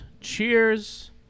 cheers